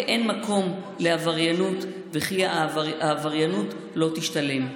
כי אין מקום לעבריינות וכי העבריינות לא תשתלם.